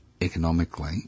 economically